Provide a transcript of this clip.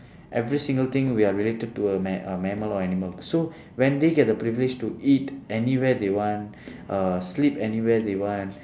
every single thing we are related to a ma~ uh mammal or animal so when they get the privilege to eat anywhere they want uh sleep anywhere they want